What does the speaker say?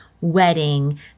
wedding